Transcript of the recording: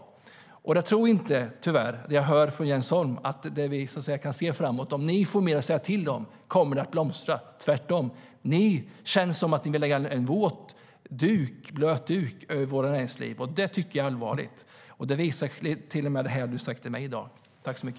Jag tror tyvärr inte att det jag hör från dig visar att näringslivet kommer att blomstra om ni får mer att säga till om framöver, Jens Holm. Tvärtom känns det som att ni vill lägga en våt filt över vårt näringsliv. Det tycker jag är allvarligt, och det visar till och med det du har sagt till mig här i dag.